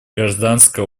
гражданское